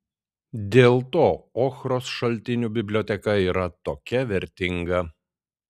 dėl to ochros šaltinių biblioteka yra tokia vertinga